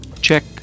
Check